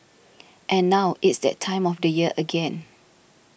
and now it's that time of the year again